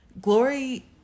Glory